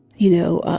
you know,